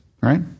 right